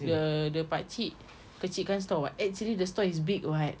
the the pakcik kecil kan store [what] actually the store is big [what]